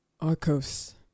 Arcos